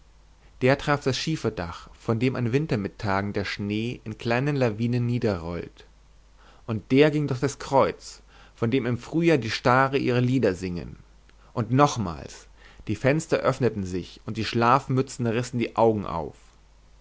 der traf das schieferdach von dem an wintermittagen der schnee in den kleinen lawinen niederrollt und der ging durch das kreuz von dem im frühjahr die stare ihre lieder singen und nochmals die fenster öffneten sich und die schlafmützen rissen die augen auf